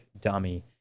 dummy